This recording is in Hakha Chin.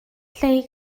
hlei